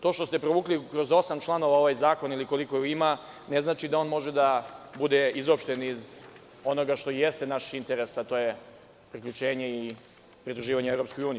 To što ste provukli kroz osam članova ovaj zakon ili koliko ih ima, ne znači da on može da bude izopšten iz onoga što jeste naš interes, a to je priključenje i pridruživanje EU.